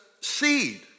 seed